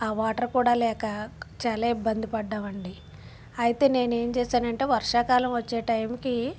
ఆ వాటర్ కూడా లేక చాలా ఇబ్బంది పడ్డాము అండి అయితే నేను ఏం చేశాను అంటే వర్షాకాలం వచ్చే టైంకి